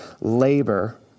labor